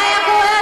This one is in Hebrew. מה היה קורה?